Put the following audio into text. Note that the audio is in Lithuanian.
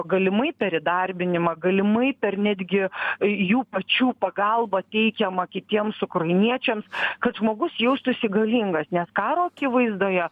galimai per įdarbinimą galimai per netgi jų pačių pagalbą teikiamą kitiems ukrainiečiams kad žmogus jaustųsi galingas nes karo akivaizdoje